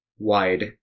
wide